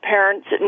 Parents